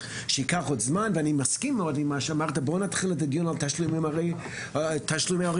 בואו נתחיל את הדיון על תשלומי הורים עכשיו,